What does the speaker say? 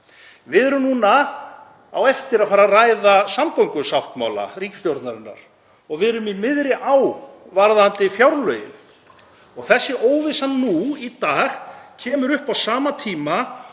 Við erum núna á eftir að fara að ræða samgönguáætlun ríkisstjórnarinnar og við erum í miðri á varðandi fjárlögin. Þessi óvissa nú í dag kemur upp á sama tíma